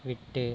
விட்டு